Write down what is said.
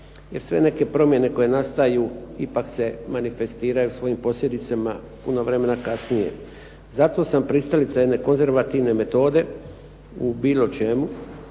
jer sve neke promjene koje nastaju ipak se manifestiraju svojim posljedicama puno vremena kasnije. Zato sam pristalica jedne konzervativne metode u bilo čemu,